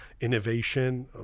innovation